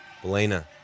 Belena